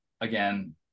again